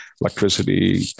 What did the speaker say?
electricity